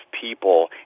people